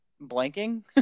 blanking